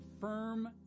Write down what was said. firm